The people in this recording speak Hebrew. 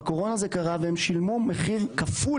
בקורונה זה קרה והם שילמו מחיר כפול